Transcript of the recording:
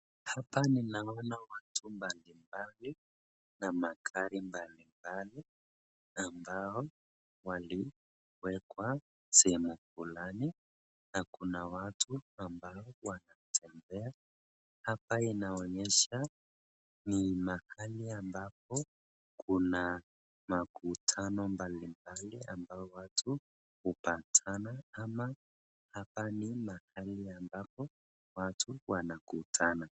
Hapa ninaona watu mbalimbali na magari mbalimbali ambao waliwekwa sehemu fulani na kuna watu ambao wanatembea. Hapa inaonyesha ni mahali ambapo kuna makutano mbalimbali ambao watu hupatana ama hapa ni mahali watu wanakutana.